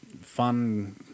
fun